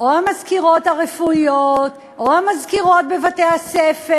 או המזכירות הרפואיות או המזכירות בבתי-הספר?